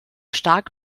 stark